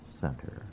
center